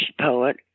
poet